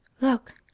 Look